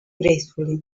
gracefully